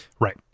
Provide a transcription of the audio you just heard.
Right